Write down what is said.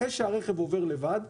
אחרי שהרכב עובר לבד,